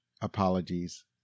apologies